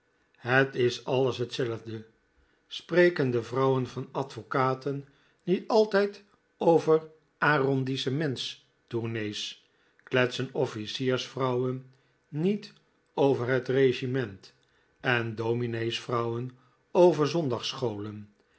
het is alles hetzelfde spreken de vrouwen van advocaten niet altijd over arrondissementstournees kletsen officiersvrouwen niet over het regiment en domineesvrouwen over zondagsscholen